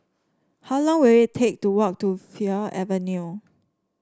how long will it take to walk to Fir Avenue